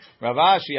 Ravashi